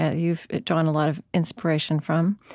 ah you've drawn a lot of inspiration from,